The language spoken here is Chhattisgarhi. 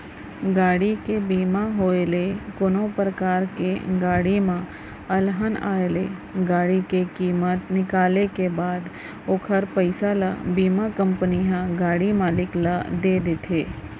गाड़ी के बीमा होय ले कोनो परकार ले गाड़ी म अलहन आय ले गाड़ी के कीमत निकाले के बाद ओखर पइसा ल बीमा कंपनी ह गाड़ी मालिक ल देथे